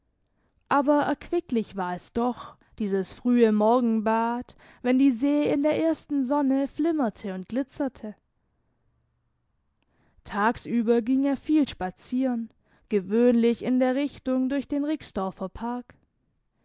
aber erquicklich war es doch dieses frühe morgenbad wenn die see in der ersten sonne flimmerte und glitzerte tagsüber ging er viel spazieren gewöhnlich in der richtung durch den rixdorfer park